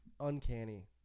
Uncanny